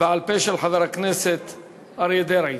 בעל-פה של חבר הכנסת אריה דרעי.